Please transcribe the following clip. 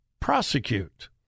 prosecute